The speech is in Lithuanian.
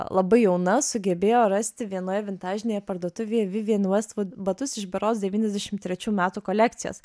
labai jauna sugebėjo rasti vienoje vintažinėje parduotuvėje vivjen vestvud batus iš berods devyniasdešimt trečių metų kolekcijos